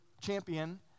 champion